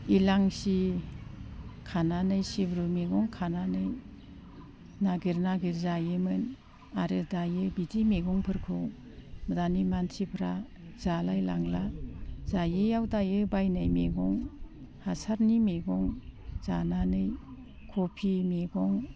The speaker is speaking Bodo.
एलाइसि खानानै सिब्रु मैगं खानानै नागिर नागिर जायोमोन आरो दायो बिदि मैगंफोरखौ दानि मानसिफोरा जालायलांला जायियाव दायो बायनाय मैगं हासारनि मैगं जानानै कबि मैगं